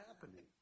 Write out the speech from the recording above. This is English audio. happening